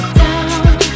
down